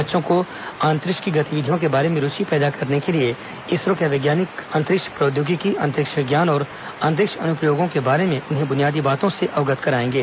बच्चों को अंतरिक्ष की गतिविधियों के बारे में रुचि पैदा करने के लिए इसरो के वैज्ञानिक अंतरिक्ष प्रौद्योगिकी अंतरिक्ष विज्ञान और अंतरिक्ष अनुप्रयोगों के बारे में उन्हें बुनियादी बातों से अवगत करायेंगे